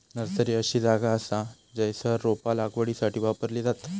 nursery अशी जागा असा जयसर रोपा लागवडीसाठी वापरली जातत